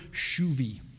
shuvi